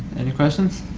any questions?